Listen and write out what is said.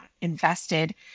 invested